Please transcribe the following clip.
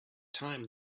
time